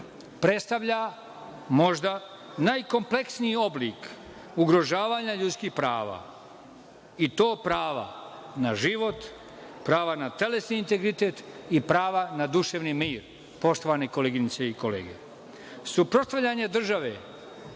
predstavlja možda najkompleksniji oblik ugrožavanja ljudskih prava i to prava na život, prava na telesni integritet i prava na duševni mir, poštovane koleginice i kolege. Suprotstavljanje države